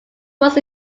was